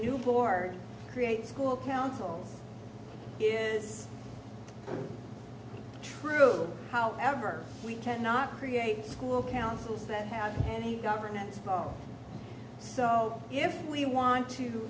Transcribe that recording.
new board create school council is true however we cannot create school councils that have governance so if we want to